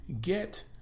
get